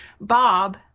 Bob